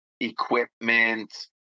equipment